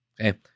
Okay